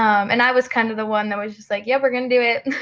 um and i was kind of the one that was just like, yeah we're going to do it.